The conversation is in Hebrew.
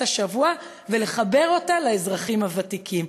השבוע ולחבר אותה לאזרחים הוותיקים.